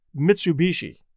Mitsubishi